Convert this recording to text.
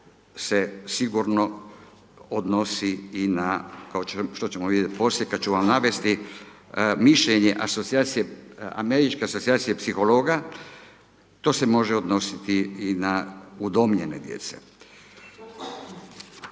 se sigurno odnosi i na, kao što ćemo vidjeti poslije, kada ću vam navesti mišljenje asocijacije, američke asocijacije psihologa, to se može odnositi i na udomljene djece.